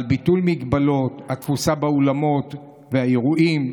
על ביטול מגבלות התפוסה באולמות האירועים.